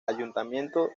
ayuntamiento